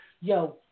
Yo